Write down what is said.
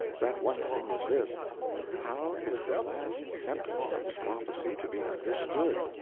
that one thing was this how is the last sentence of the prophecy to be understood?